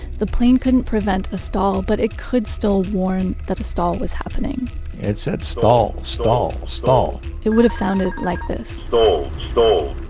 the plane couldn't prevent a stall but it could still warn that a stall was happening it said, stall, stall, stall it would have sounded like this stall stall,